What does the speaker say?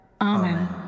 Amen